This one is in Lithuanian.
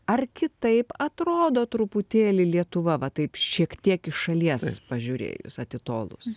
ar kitaip atrodo truputėlį lietuva va taip šiek tiek iš šalies pažiūrėjus atitolus